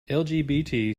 lgbt